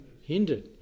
hindered